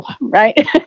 right